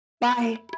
Bye